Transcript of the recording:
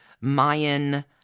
mayan